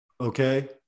Okay